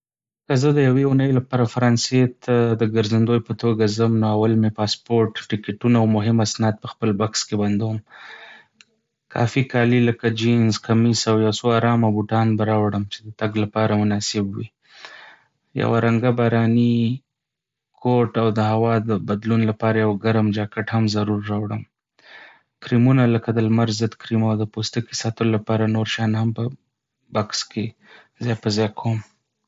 که زه د یوې اونۍ لپاره فرانسې ته د ګرځندوی په توګه ځم، نو اول مې پاسپورټ، ټکټونه او مهم اسناد په خپل بکس کې بندوم. کافي کالي لکه جینز، کمیس او یو څو آرامه بوټان به راوړم چې د تګ لپاره مناسب وي. یو رنګه باراني کورت او د هوا د بدلون لپاره یوه ګرم جاکټ هم ضرور راوړم. کريمونه لکه د لمر ضد کريم او د پوستکي ساتلو لپاره نور شیان هم په بکس کې ځای پر ځای کوم.